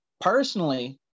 personally